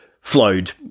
flowed